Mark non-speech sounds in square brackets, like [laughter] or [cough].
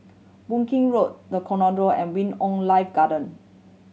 Boon King Road The [unintelligible] and Wing On Life Garden